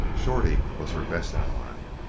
shorty was her best ally.